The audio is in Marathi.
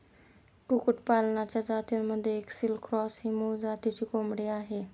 कुक्कुटपालनाच्या जातींमध्ये ऐसिल क्रॉस ही मूळ जातीची कोंबडी आहे